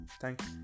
thanks